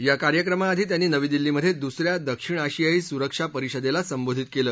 या कार्यक्रमा आधी त्यांनी नवी दिल्लीमधे दुस या दक्षिण आशियाई सुरक्षा परिषदेला संबोधित केलं